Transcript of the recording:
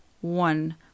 one